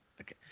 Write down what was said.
okay